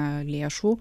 a lėšų